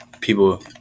people